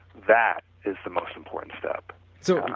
that is the most important step so, and